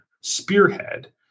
spearhead